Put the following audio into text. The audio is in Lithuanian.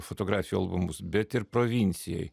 fotografijų albumus bet ir provincijoj